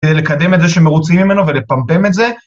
כדי לקדם את זה שמרוצים ממנו ולפמפם את זה.